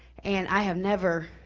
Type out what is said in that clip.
and i have never,